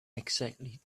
exactly